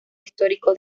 histórico